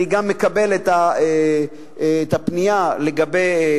אני גם מקבל את הפנייה לגבי